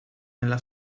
nella